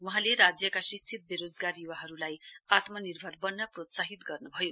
वहाँले राज्यका शिक्षित वेरोजगार युवाहरुलाई आत्मनिर्भर वन्न प्रोत्साहित गर्नुभयो